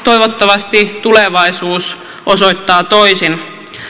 toivottavasti tulevaisuus osoittaa toisin